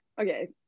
Okay